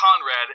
Conrad